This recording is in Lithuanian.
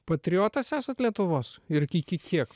patriotas esat lietuvos ir kiki kiek